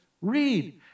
read